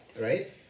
right